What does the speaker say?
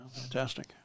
fantastic